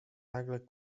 nagle